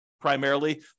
primarily